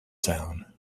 town